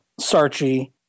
Sarchi